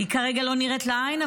היא כרגע לא נראית לעין,